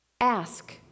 ask